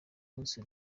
munsi